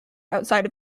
outside